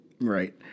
Right